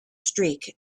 streak